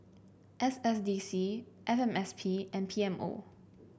S S D C F M S P and P M O